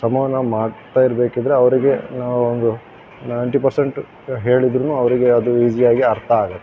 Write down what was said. ಸಂವಹನ ಮಾಡ್ತಾಯಿರ್ಬೇಕಿದ್ದರೆ ಅವರಿಗೆ ನಾವು ಒಂದು ನೈನ್ಟಿ ಪರ್ಸೆಂಟ್ ಹೇಳಿದರೂನು ಅವರಿಗೆ ಅದು ಈಸಿ ಆಗಿ ಅರ್ಥ ಆಗುತ್ತೆ